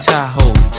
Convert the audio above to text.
Tahoe